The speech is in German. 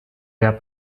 gab